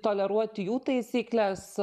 toleruoti jų taisykles